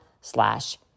slash